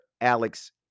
alex